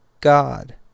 God